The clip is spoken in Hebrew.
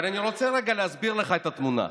אבל אני רוצה רגע להסביר לך את התמונה.